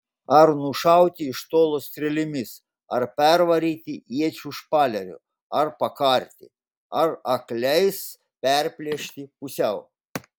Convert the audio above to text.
ar nušauti iš tolo strėlėmis ar pervaryti iečių špaleriu ar pakarti ar akliais perplėšti pusiau